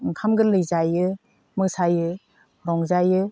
ओंखाम गोरलै जायो मोसायो रंजायो